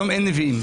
היום אין נביאים.